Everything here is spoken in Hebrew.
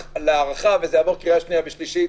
להארכה וזה יעבור קריאה שנייה ושלישית,